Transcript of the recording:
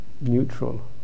neutral